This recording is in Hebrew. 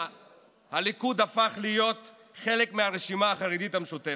הליכוד הפך להיות חלק מהרשימה החרדית המשותפת,